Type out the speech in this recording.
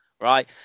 right